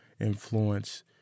influence